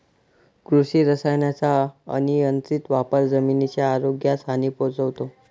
कृषी रसायनांचा अनियंत्रित वापर जमिनीच्या आरोग्यास हानी पोहोचवतो